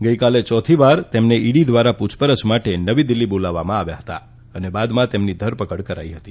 ગઈકાલે ચોથીવાર તેમને ઈડી દ્વારા પુછપરછ માટે નવી દિલ્ફી બોલાવવામાં આવ્યા હતા અને બાદમાં તેમની ધરપકડ કરી હતી